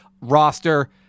roster